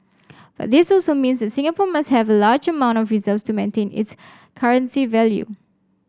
but this also means that Singapore must have a large amount of reserves to maintain its currency value